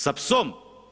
Sa psom?